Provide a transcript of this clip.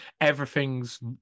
everything's